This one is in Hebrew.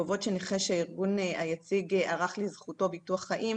קובעות שנכה שהארגון היציג ערך לזכותו ביטוח חיים,